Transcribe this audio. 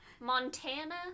Montana